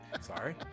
Sorry